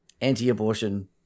anti-abortion